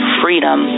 freedom